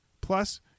Plus